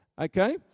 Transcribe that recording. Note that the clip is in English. okay